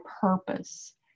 purpose